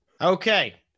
okay